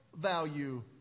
value